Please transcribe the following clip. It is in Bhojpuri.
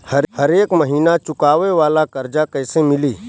हरेक महिना चुकावे वाला कर्जा कैसे मिली?